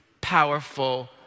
powerful